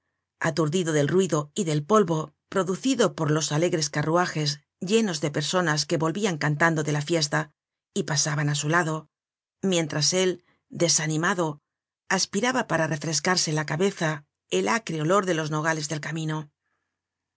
aturdido del ruido y del polvo producido por los alegres carruajes llenos de personas que volvian cantando de la fiesta y pasaban á su lado mientras él desanimado aspiraba para refrescarse la cabeza el acre olor de los nogales del camino